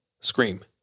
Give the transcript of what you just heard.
scream